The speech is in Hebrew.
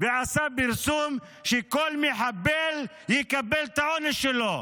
ועשה פרסום שכל מחבל יקבל את העונש שלו.